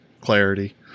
clarity